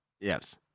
yes